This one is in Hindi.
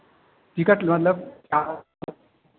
टिकट मतलब क्या